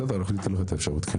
בסדר, אתה תקבל את האפשרות.